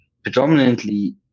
predominantly